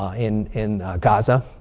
um in in gaza,